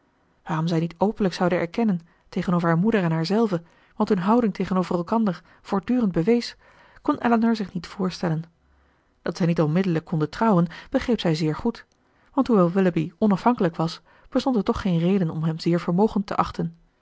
waarom zij niet openlijk zouden erkennen tegenover haar moeder en haarzelve wat hun houding tegenover elkander voortdurend bewees kon elinor zich niet voorstellen dat zij niet onmiddellijk konden trouwen begreep zij zeer goed want hoewel willoughby onafhankelijk was bestond er toch geen reden om hem zeer vermogend te achten